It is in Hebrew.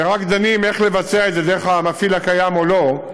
ורק דנים איך לבצע את זה, דרך המפעיל הקיים או לא,